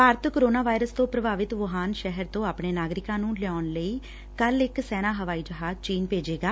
Bharat corona virus ਤੋਂ ਪ੍ਰਭਾਵਿਤ Wuhan ਸ਼ਹਿਰ ਤੋਂ ਆਪਣੇ ਨਾਗਰਿਕਾਂ ਨੂੰ ਲਿਆਉਣ ਲਈ ਕੱਲ੍ ਇਕ ਸੈਨਾ ਹਵਾਈ ਜਹਾਜ ਚੀਨ ਭੇਜੇਗਾ